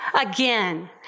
again